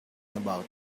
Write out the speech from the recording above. about